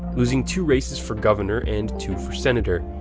losing two races for governor and two for senator.